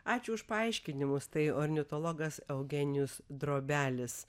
ačiū už paaiškinimus tai ornitologas eugenijus drobelis